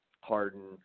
Harden